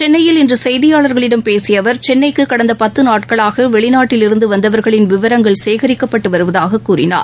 சென்னையில் இன்று செய்தியாளர்களிடம் பேசிய ச்அவர் சென்னைக்கு கடந்த பத்து நாட்களாக வெளிநாட்டில் இருந்து வந்தவர்களின் விவரங்கள் சேகரிக்கப்பட்டு வருவதாக கூறினார்